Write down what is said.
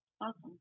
awesome